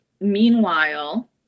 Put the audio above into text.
meanwhile